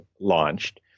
launched